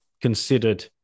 considered